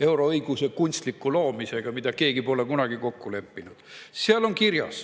euroõiguse kunstliku loomisega, mida keegi pole kunagi kokku leppinud. Seal on kirjas: